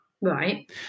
Right